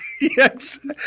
Yes